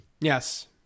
Yes